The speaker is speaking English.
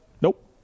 nope